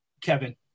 Kevin